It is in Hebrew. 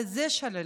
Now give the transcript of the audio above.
על זה שללו.